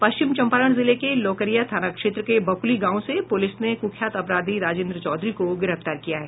पश्चिम चंपारण जिले के लौकरिया थाना क्षेत्र के बकुली गांव से पुलिस ने कुख्यात अपराधी राजेन्द्र चौधरी को गिरफ्तार किया है